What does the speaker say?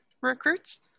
recruits